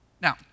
Now